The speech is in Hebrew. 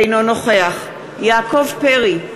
אינו נוכח יעקב פרי,